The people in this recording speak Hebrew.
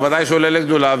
ודאי שהוא עולה לגדולה.